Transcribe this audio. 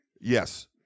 Yes